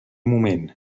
moment